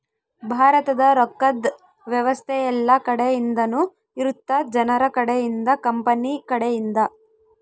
ಭಾರತದ ರೊಕ್ಕದ್ ವ್ಯವಸ್ತೆ ಯೆಲ್ಲ ಕಡೆ ಇಂದನು ಇರುತ್ತ ಜನರ ಕಡೆ ಇಂದ ಕಂಪನಿ ಕಡೆ ಇಂದ